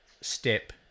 step